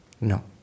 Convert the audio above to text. No